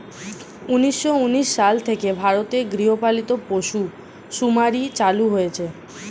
উন্নিশো উনিশ সাল থেকে ভারতে গৃহপালিত পশু শুমারি চালু হয়েছে